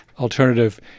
Alternative